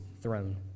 throne